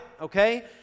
Okay